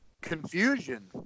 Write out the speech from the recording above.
confusion